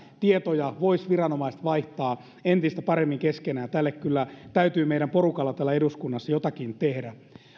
viranomaiset voisivat vaihtaa tietoja entistä paremmin keskenään tälle kyllä täytyy meidän porukalla täällä eduskunnassa jotakin tehdä